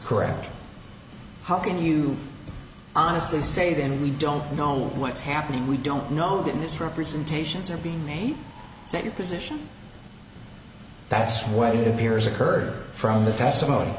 correct how can you honestly say then we don't know what's happening we don't know that misrepresentations are being made that your position that's why did appears occur from the testimony